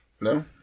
No